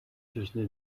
шашны